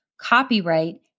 copyright